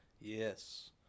yes